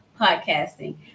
podcasting